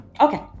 Okay